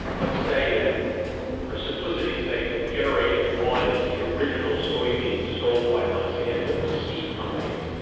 let's say that for simplicity's sake, since generation one is the original soybean sold by monsanto to seed companies,